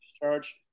discharge